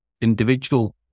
individual